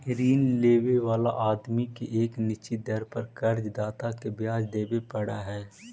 ऋण लेवे वाला आदमी के एक निश्चित दर पर कर्ज दाता के ब्याज देवे पड़ऽ हई